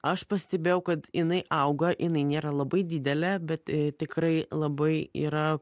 aš pastebėjau kad jinai auga jinai nėra labai didelė bet tikrai labai yra